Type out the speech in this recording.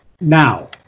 Now